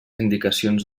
indicacions